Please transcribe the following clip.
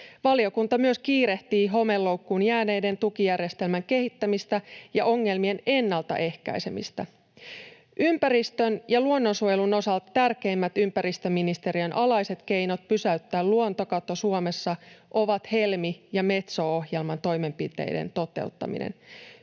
Valiokunta myös kiirehtii homeloukkuun jääneiden tukijärjestelmän kehittämistä ja ongelmien ennaltaehkäisemistä. Ympäristön- ja luonnonsuojelun osalta tärkeimmät ympäristöministeriön alaiset keinot pysäyttää luontokato Suomessa ovat Helmi- ja Metso-ohjelman toimenpiteiden toteuttaminen.